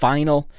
Final